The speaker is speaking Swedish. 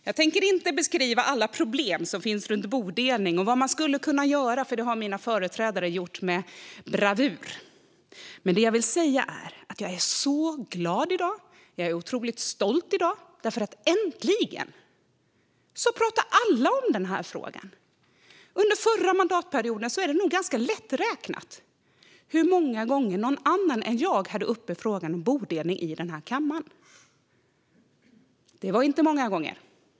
Jag tänker inte beskriva alla problem som finns runt bodelning och vad man skulle kunna göra, för det har föregående talare gjort med bravur. Men det jag vill säga är att jag i dag är så glad och otroligt stolt, för äntligen pratar alla om den här frågan. Under den förra mandatperioden är det nog ganska lätträknat hur många gånger någon annan än jag tog upp frågan om bodelning i den här kammaren. Det var inte många gånger.